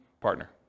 partner